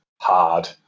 Hard